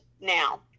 now